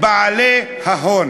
על מה בעצם החוק הזה